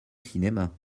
cinéma